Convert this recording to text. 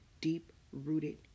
deep-rooted